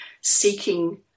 seeking